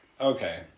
Okay